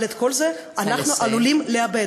אבל את כל זה אנחנו עלולים לאבד.